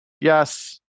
yes